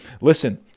Listen